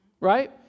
right